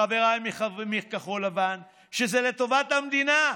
חבריי מכחול לבן, שזה לטובת המדינה,